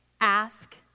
ask